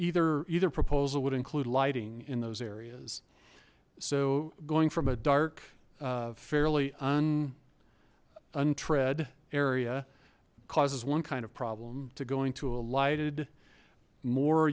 either either proposal would include lighting in those areas so going from a dark fairly untried area causes one kind of problem to going to a lighted more